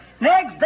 Next